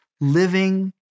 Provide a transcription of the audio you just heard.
Living